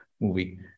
movie